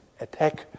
attack